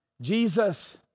Jesus